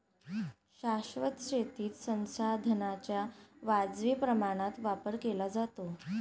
शाश्वत शेतीत संसाधनांचा वाजवी प्रमाणात वापर केला जातो